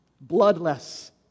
bloodless